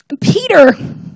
Peter